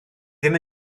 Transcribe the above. ddim